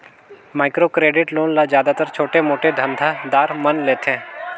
micro credit loan ल जादातर छोटे मोटे धंधा दार मन लेथें